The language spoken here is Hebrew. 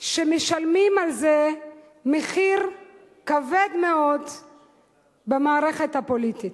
שמשלמים על זה מחיר כבד מאוד במערכת הפוליטית.